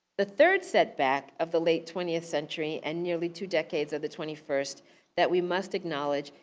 the third setback of the late twentieth century and nearly two decades of the twenty first that we must acknowledge,